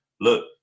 look